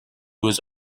was